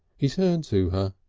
he turned to her.